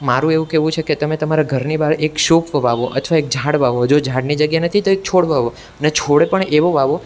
મારુ એવું કહેવું છે કે તમે તમારા ઘરની બહાર એક સોફ્ત અથવા એક ઝાડ વાવો જો ઝાડની જગ્યા નથી તો એક છોડ વાવો અને છોડ પણ એવો વાવો